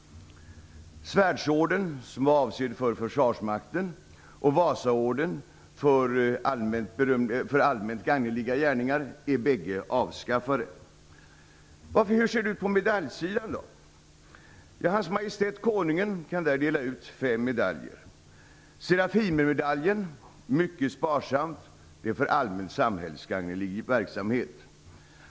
Svärdsorden som är avsedd för försvarsmakten och Vasaorden för allmänt gagneliga gärningar är bägge avskaffade. Hur ser det då ut på medaljsidan? Hans majestät konungen kan dela ut fem medaljer: Serafimermedaljen kan delas ut, mycket sparsamt, för samhällsgagnelig verksamhet.